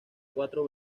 cuatro